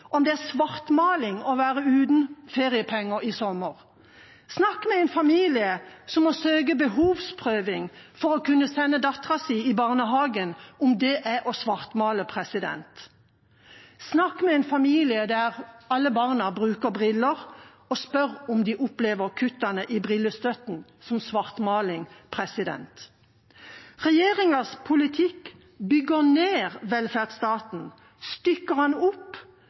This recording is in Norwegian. sommer. Snakk med en familie som må søke behovsprøving for å kunne sende datteren sin i barnehagen, om det er å svartmale. Snakk med en familie der alle barna bruker briller, og spør om de opplever kuttet i brillestøtten som svartmaling. Regjeringas politikk bygger ned velferdsstaten, stykker den opp,